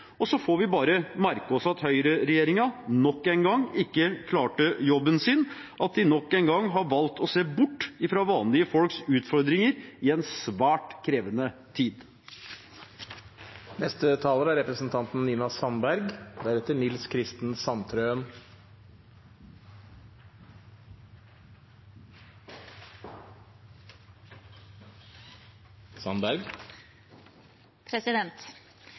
Så får vi bare merke oss at høyreregjeringen nok en gang ikke klarte jobben sin, at de nok en gang har valgt å se bort fra vanlige folks utfordringer i en svært krevende tid.